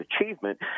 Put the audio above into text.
achievement